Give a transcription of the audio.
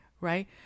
right